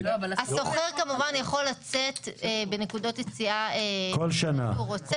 השוכר כמובן יכול לצאת בנקודות יציאה שהוא רוצה,